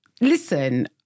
Listen